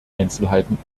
einzelheiten